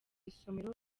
isomero